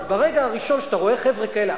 ברגע הראשון שאתה רואה חבר'ה כאלה,